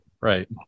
right